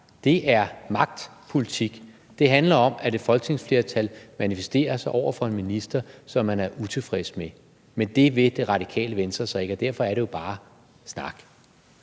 det er magtpolitik. Det handler om, at et folketingsflertal manifesterer sig over for en minister, som man er utilfreds med. Men det vil Det Radikale Venstre så ikke, og derfor er det jo bare snak.